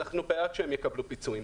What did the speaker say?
ואנחנו בעד שהם יקבלו פיצויים,